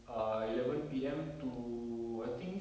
err eleven P_M to I think